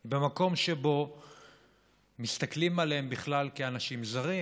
במקום שבו מסתכלים עליהם בכלל כאנשים זרים,